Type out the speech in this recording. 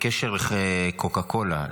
בקשר לקוקה קולה.